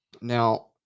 Now